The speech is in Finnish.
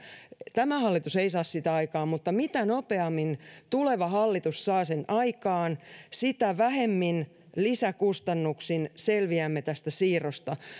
tämä hallitus ei saa sitä aikaan mutta mitä nopeammin tuleva hallitus saa sen aikaan sitä vähemmin lisäkustannuksin selviämme tästä siirrosta